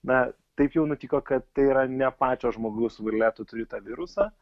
na taip jau nutiko kad tai yra ne pačio žmogaus valia tu turi tą virusą